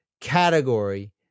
category